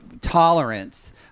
Tolerance